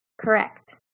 correct